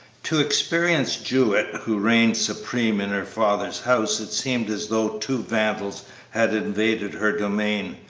to experience jewett, who reigned supreme in her father's house, it seemed as though two vandals had invaded her domain,